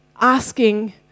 asking